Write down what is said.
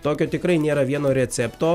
tokio tikrai nėra vieno recepto